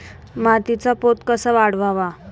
मातीचा पोत कसा वाढवावा?